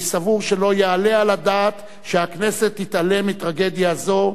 אני סבור שלא יעלה על הדעת שהכנסת תתעלם מטרגדיה זו,